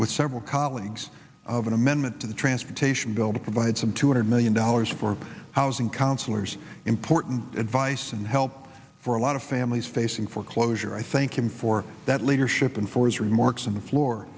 with several colleagues of an amendment to the transportation bill to provide some two hundred million dollars for housing counselors important advice and help for a lot of families facing foreclosure i thank him for that leadership and for his remarks on the floor